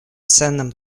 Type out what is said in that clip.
ценным